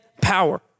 power